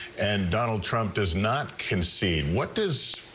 and donald trump does not concede what does,